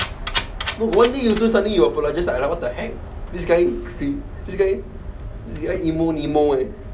no why one day you do something you apologise like what the heck this guy this guy emo nemo leh